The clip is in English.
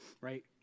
right